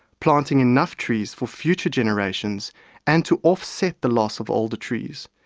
planting enough trees for future generations and to offset the loss of older trees,